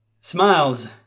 smiles